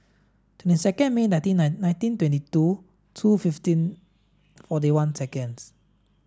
twenty second May nineteen nine nineteen twenty two two fifteen forty one seconds